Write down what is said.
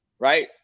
right